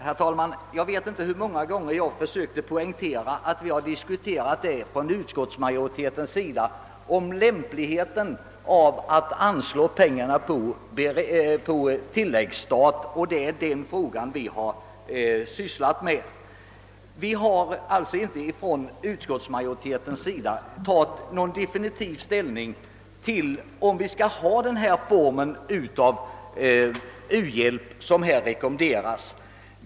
Herr talman! Jag vet inte hur många gånger jag har försökt poängtera att utskottsmajoriteten har diskuterat lämpligheten av att anslå pengar på tilläggsstat. Det är den frågan vi har sysslat med. Utskottsmajoriteten har alltså inte tagit någon definitiv ställning till den form av u-hjälp som här rekommenderas.